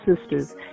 Sisters